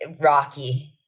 rocky